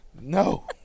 No